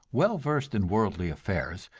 well versed in worldly affairs,